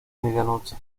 medianoche